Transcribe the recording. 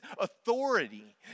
authority